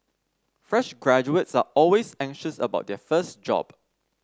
fresh graduates are always anxious about their first job